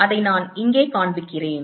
அதை நான் இங்கே காண்பிக்கிறேன்